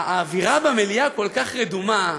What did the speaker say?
האווירה במליאה כל כך רדומה,